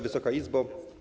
Wysoka Izbo!